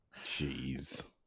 Jeez